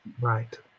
right